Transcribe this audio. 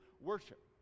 worship